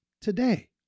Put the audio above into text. today